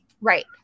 Right